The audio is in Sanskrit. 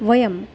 वयं